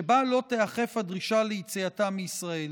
ובה לא תיאכף הדרישה ליציאה מישראל.